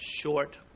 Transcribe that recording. short